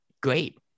great